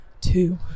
two